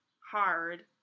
hard